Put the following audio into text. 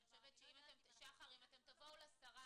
אם אתם תבואו לשרה